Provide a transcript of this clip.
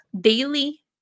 Daily